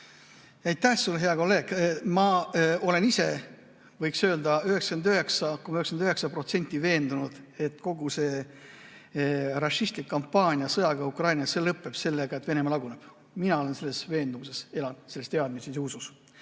Aitäh sulle, hea kolleeg! Ma olen ise, võiks öelda, 99,99% veendunud, et kogu see rassistlik kampaania, sõda Ukrainas lõpeb sellega, et Venemaa laguneb. Mina olen elanud selles veendumuses, selles teadmises ja usus.